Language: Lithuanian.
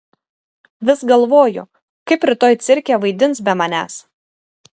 vis galvoju kaip rytoj cirke vaidins be manęs